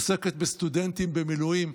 עוסקת בסטודנטים במילואים,